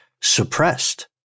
suppressed